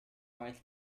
quite